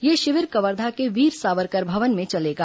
यह शिविर कवर्धा के वीर सावरकर भवन में चलेगा